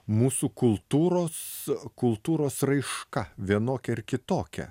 mūsų kultūros kultūros raiška vienokia ar kitokia